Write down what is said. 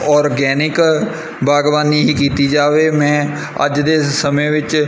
organic ਬਾਗਵਾਨੀ ਹੀ ਕੀਤੀ ਜਾਵੇ ਮੈਂ ਅੱਜ ਦੇ ਸਮੇਂ ਵਿੱਚ